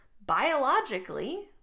Biologically